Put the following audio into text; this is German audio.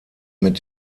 mit